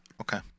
Okay